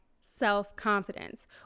self-confidence